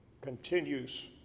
continues